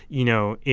you know,